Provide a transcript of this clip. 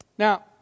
Now